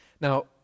Now